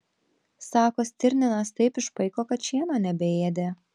sako stirninas taip išpaiko kad šieno nebeėdė